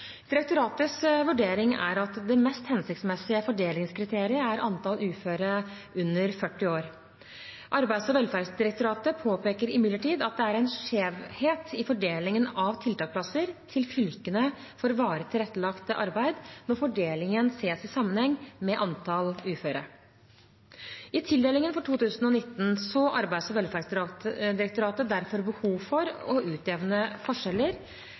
Direktoratets vurdering er at det mest hensiktsmessige fordelingskriteriet er antall uføre under 40 år. Arbeids- og velferdsdirektoratet påpeker imidlertid at det er en skjevhet i fordelingen av tiltaksplasser for varig tilrettelagt arbeid til fylkene når fordelingen sees i sammenheng med antallet uføre. I tildelingen for 2019 så Arbeids- og velferdsdirektoratet derfor et behov for å utjevne forskjeller.